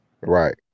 Right